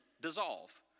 dissolve